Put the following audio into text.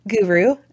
guru